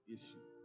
Issue